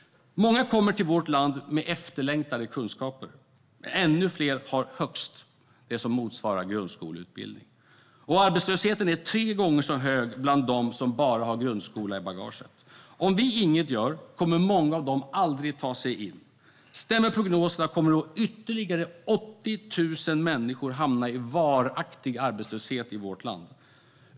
Många kommer till vårt land med efterlängtade kunskaper. Men ännu fler har högst det som motsvarar grundskoleutbildning. Och arbetslösheten är tre gånger så hög bland dem som bara har grundskola i bagaget. Om vi inget gör kommer många av dem aldrig att ta sig in. Stämmer prognoserna kommer då ytterligare 80 000 människor att hamna i varaktig arbetslöshet i vårt land.